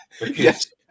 Yes